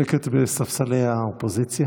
שקט בספסלי האופוזיציה.